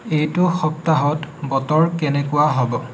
এইটো সপ্তাহত বতৰ কেনেকুৱা হ'ব